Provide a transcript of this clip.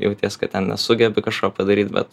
jauties kad ten nesugebi kažko padaryti bet